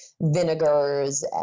vinegars